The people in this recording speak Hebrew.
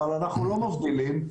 אבל אנחנו לא מבדילים,